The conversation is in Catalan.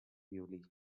violí